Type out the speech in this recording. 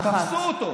אחת.